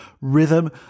rhythm